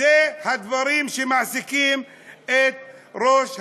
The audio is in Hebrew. אלה הדברים שמעסיקים את ראש הממשלה.